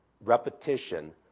repetition